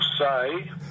say